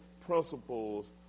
principles